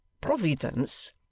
providence